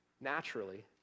naturally